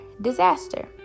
disaster